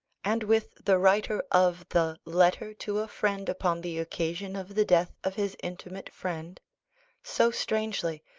and with the writer of the letter to a friend upon the occasion of the death of his intimate friend so strangely!